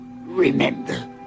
Remember